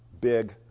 big